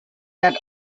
that